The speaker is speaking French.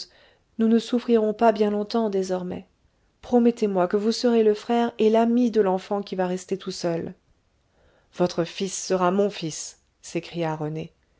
nous ne souffrirons pas bien longtemps désormais promettez-moi que vous serez le frère et l'ami de l'enfant qui va rester tout seul votre fils sera mon fils s'écria rené